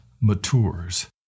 matures